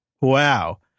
Wow